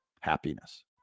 happiness